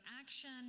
action